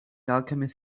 alchemist